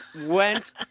Went